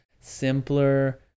simpler